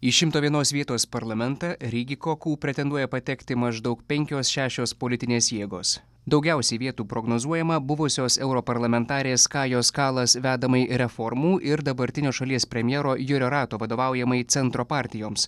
į šimto vienos vietos parlamentą rigikoku pretenduoja patekti maždaug penkios šešios politinės jėgos daugiausiai vietų prognozuojama buvusios europarlamentarės kajos kalas vedamai reformų ir dabartinio šalies premjero jurio rato vadovaujamai centro partijoms